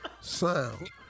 sound